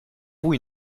vous